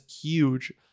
huge